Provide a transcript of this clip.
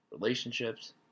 Relationships